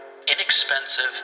Inexpensive